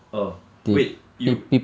oh wait you